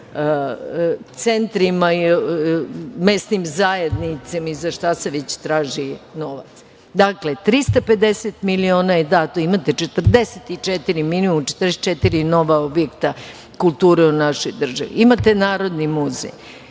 centrima ili mesnim zajednicama i za šta se već traži novac. Dakle, 350 milina je dato. Imate 44, minimum 44 nova objekta kulture u našoj državi. Imate Narodni muzej,